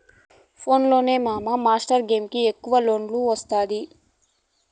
పోన్లే మావా, mortgage కి ఎక్కవ లోన్ ఒస్తాది